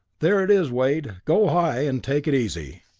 there it is, wade. go high, and take it easy!